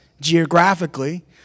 geographically